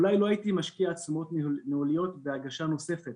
אולי לא הייתי משקיע עצומות ניהוליות בהגשה נוספת